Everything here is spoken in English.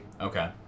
Okay